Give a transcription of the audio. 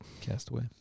Castaway